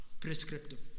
prescriptive